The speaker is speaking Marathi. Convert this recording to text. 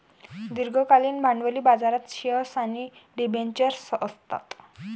दीर्घकालीन भांडवली बाजारात शेअर्स आणि डिबेंचर्स असतात